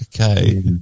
okay